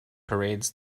parades